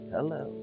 Hello